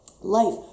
life